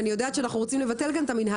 אני יודעת שאנחנו רוצים לבטל כאן את המינהל